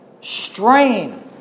Strain